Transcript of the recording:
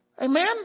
amen